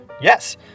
Yes